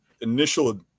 initial